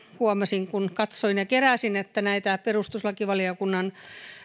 huomasin kun katsoin ja keräsin että näitä perustuslakivaliokunnan